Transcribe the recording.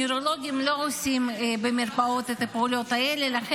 נוירולוגים לא עושים את הפעולות האלה במרפאות,